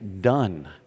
done